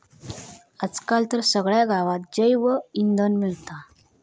आज काल तर सगळ्या गावात जैवइंधन मिळता